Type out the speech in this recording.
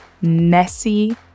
messy